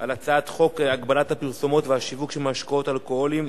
בקריאה ראשונה על הצעת חוק הגבלת הפרסומת והשיווק של משקאות אלכוהוליים,